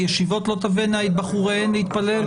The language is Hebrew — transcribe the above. והישיבות לא תבאנה את בחוריהן להתפלל?